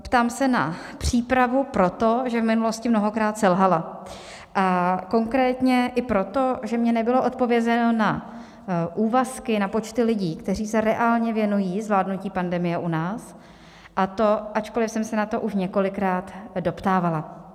Ptám se na přípravu proto, že v minulosti mnohokrát selhala, a konkrétně i proto, že mně nebylo odpovězeno na úvazky, na počty lidí, kteří se reálně věnují zvládnutí pandemie u nás, a to ačkoliv jsem se na to už několikrát doptávala.